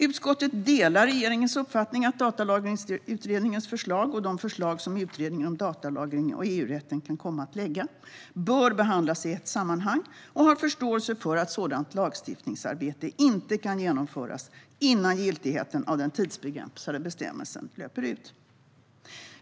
Utskottet delar regeringens uppfattning att Datalagringsutredningens förslag och de förslag som Utredningen om datalagring och EU-rätten kan komma att lägga bör behandlas i ett sammanhang, och utskottet har förståelse för att ett sådant lagstiftningsarbete inte kan genomföras innan giltigheten av den tidsbegränsade bestämmelsen löper ut.